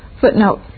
Footnote